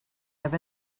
have